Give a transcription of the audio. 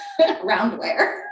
roundware